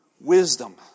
wisdom